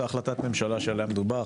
אותה החלטת ממשלה שעליה מדובר,